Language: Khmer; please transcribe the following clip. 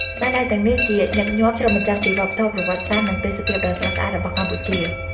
ស្នាដៃទាំងនេះជាញឹកញាប់ឆ្លុះបញ្ចាំងពីវប្បធម៌ ប្រវត្តិសាស្ត្រ និងទេសភាពដ៏ស្រស់ស្អាតរបស់កម្ពុជា។